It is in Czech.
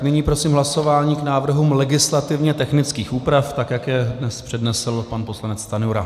Nyní prosím hlasování k návrhům legislativně technických úprav, jak je dnes přednesl pan poslanec Stanjura.